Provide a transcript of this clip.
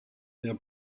der